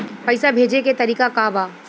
पैसा भेजे के तरीका का बा?